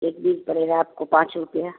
एक बीज पड़ेगा आपको पाँच रुपया